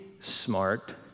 smart